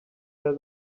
tell